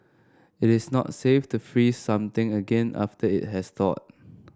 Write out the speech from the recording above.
it is not safe to freeze something again after it has thawed